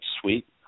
sweet